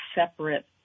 separate